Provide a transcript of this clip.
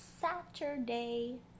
saturday